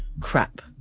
crap